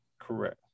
Correct